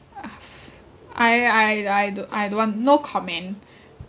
I've I I I don't I don't want no comment